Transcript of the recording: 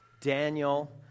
Daniel